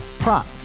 Prop